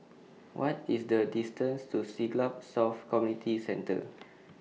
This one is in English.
What IS The distance to Siglap South Community Centre